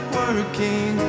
working